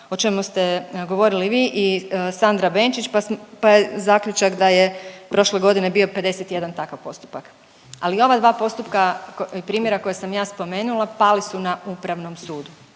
o čemu ste govorili vi i Sandra Benčić pa je zaključak da je prošle godine bio 51 takav postupak. Ali ova dva postupka i primjera koje sam ja spomenula pali su na Upravnom sudu.